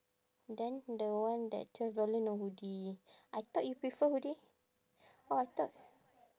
then the one that twelve dollar no hoodie I thought you prefer hoodie orh I thought